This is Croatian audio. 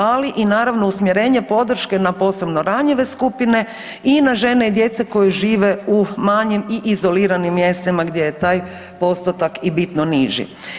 Ali i naravno usmjerenje podrške na posebno ranjive skupine i na žene i djecu koji žive u manjim i izoliranim mjestima gdje je taj postotak i bitno niži.